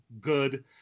good